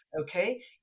Okay